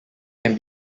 can